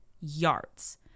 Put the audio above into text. yards